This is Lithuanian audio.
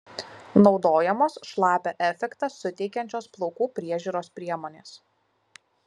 naudojamos šlapią efektą suteikiančios plaukų priežiūros priemonės